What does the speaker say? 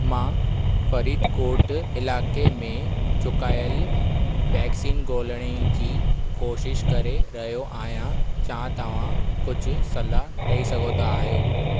मां फ़रीदकोट इलाइक़े में चुकायलु वैक्सीन ॻोल्हण जी कोशिश करे रहियो आहियां छा तव्हां कुझु सलाह ॾईं सघो त आहियो